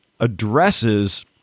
addresses